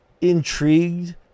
intrigued